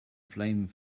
flame